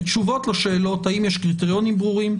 ותשובות לשאלות האם יש קריטריונים ברורים,